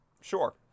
Sure